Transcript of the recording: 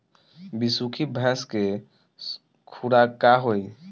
बिसुखी भैंस के खुराक का होखे?